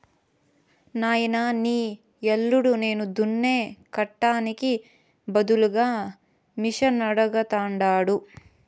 నాయనా నీ యల్లుడు చేను దున్నే కట్టానికి బదులుగా మిషనడగతండాడు